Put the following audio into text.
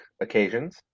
occasions